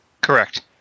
Correct